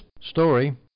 story